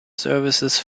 services